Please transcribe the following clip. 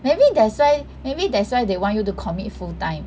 maybe that's why maybe that's why they want you to commit full time